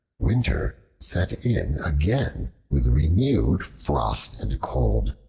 winter set in again with renewed frost and cold.